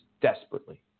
desperately